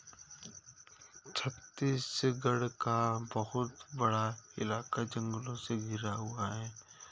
छत्तीसगढ़ का बहुत बड़ा इलाका जंगलों से घिरा हुआ है